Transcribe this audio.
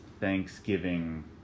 Thanksgiving